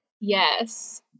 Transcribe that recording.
Yes